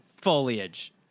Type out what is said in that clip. foliage